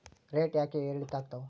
Rate ಯಾಕೆ ಏರಿಳಿತ ಆಗ್ತಾವ?